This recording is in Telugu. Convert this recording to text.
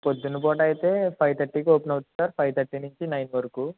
పొద్దున పూటైతే ఫైవ్ తర్టీకి ఓపెన్ అవుతుంది సర్ ఫైవ్ తర్టీ నుంచి నైట్ వరకు